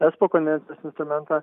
espo konvencijos instrumentą